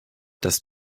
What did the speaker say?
das